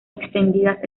extendidas